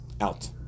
Out